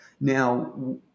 Now